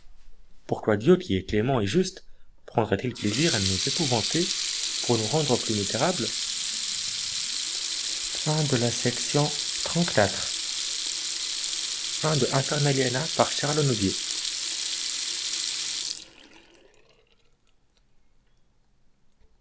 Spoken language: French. pourquoi dieu qui est clément et juste prendrait-il plaisir à nous épouvanter pour nous rendre plus misérables